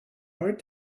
hard